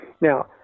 Now